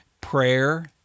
prayer